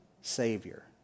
savior